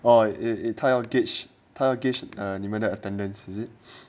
oh 他要 gauge 你们的 attendance is it